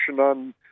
on